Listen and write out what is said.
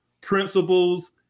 principles